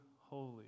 holy